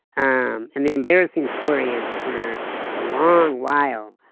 and and the embarrassing story is for a long while.